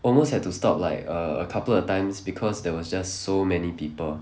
almost had to stop like err a couple of times because there was just so many people